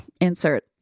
Insert